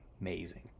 amazing